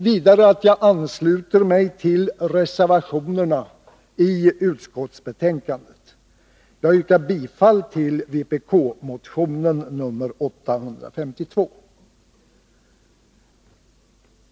Vidare ansluter jag mig till reservationerna vid utskottets betänkande. Jag yrkar bifall till vpk-motionen 852, yrkande 1.